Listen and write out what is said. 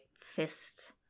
fist